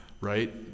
right